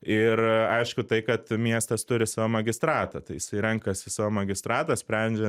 ir aišku tai kad miestas turi savo magistratą tai jisai renkasi savo magistratą sprendžia